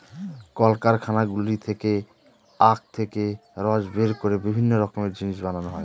কারখানাগুলো থেকে আখ থেকে রস বের করে বিভিন্ন রকমের জিনিস বানানো হয়